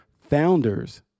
founders